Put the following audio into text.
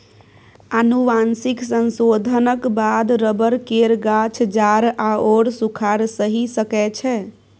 आनुवंशिक संशोधनक बाद रबर केर गाछ जाड़ आओर सूखाड़ सहि सकै छै